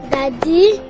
Daddy